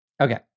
Okay